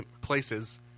places—